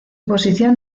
posición